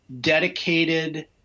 dedicated